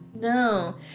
No